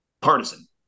partisan